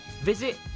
Visit